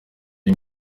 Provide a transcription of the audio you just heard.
uyu